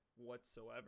whatsoever